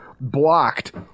Blocked